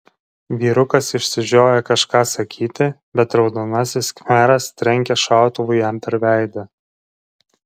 vyrukas išsižioja kažką sakyti bet raudonasis khmeras trenkia šautuvu jam per veidą